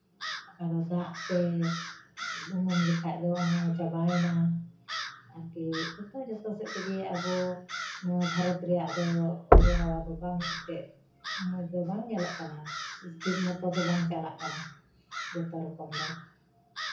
ᱚᱠᱟ ᱫᱚ ᱫᱟᱜ ᱛᱮ ᱩᱱᱩᱢ ᱞᱮᱠᱷᱟᱡ ᱫᱚ ᱚᱱᱟᱦᱚᱸ ᱪᱟᱵᱟᱭᱱᱟ ᱟᱨᱠᱤ ᱡᱚᱛᱚ ᱡᱚᱛᱚ ᱥᱮᱫ ᱛᱮᱜᱮ ᱟᱵᱚ ᱱᱚᱣᱟ ᱵᱷᱟᱨᱚᱛ ᱨᱮᱭᱟᱜ ᱫᱚ ᱟᱵᱚᱦᱟᱣᱟ ᱫᱚ ᱵᱟᱝ ᱮᱱᱛᱮᱜ ᱢᱚᱡᱽ ᱫᱚ ᱵᱟᱝ ᱧᱮᱞᱚᱜ ᱠᱟᱱᱟ ᱴᱷᱤᱠ ᱢᱚᱛᱚ ᱫᱚ ᱵᱟᱝ ᱪᱟᱞᱟᱜ ᱠᱟᱱᱟ ᱡᱚᱛᱚ ᱨᱚᱠᱚᱢ ᱫᱚ